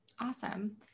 Awesome